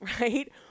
right